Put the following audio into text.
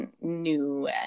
New